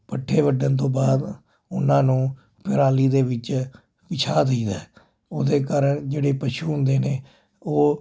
ਪੱਠੇ ਵੱਢਣ ਤੋਂ ਬਾਅਦ ਉਹਨਾਂ ਨੂੰ ਟਰਾਲੀ ਦੇ ਵਿੱਚ ਵਿਛਾ ਦਈਦਾ ਉੱਗਦੇ ਕਾਰਨ ਜਿਹੜੇ ਪਸ਼ੂ ਹੁੰਦੇ ਨੇ ਉਹ